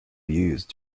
use